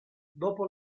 dopo